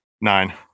Nine